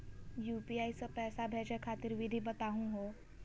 UPI स पैसा भेजै खातिर विधि बताहु हो?